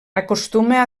acostuma